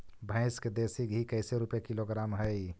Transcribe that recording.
भैंस के देसी घी कैसे रूपये किलोग्राम हई?